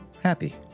happy